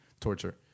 torture